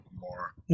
more